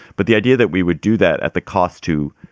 but the idea that we would do that at the cost to.